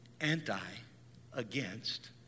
anti-against